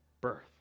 birth